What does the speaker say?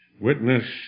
Witness